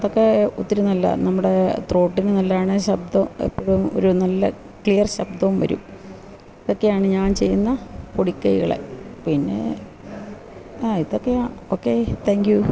അതൊക്കെ ഒത്തിരി നല്ലതാണ് നമ്മുടെ ത്രോട്ടിനു നല്ലതാണ് ശബ്ദം എപ്പോഴും ഒരു നല്ല ക്ലിയർ ശബ്ദം വരും ഇതൊക്കെയാണ് ഞാൻ ചെയ്യുന്ന പൊടിക്കൈകൾ പിന്നേ ആ ഇതൊക്കെയാണ് ഓക്കെ താങ്ക് യൂ